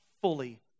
fully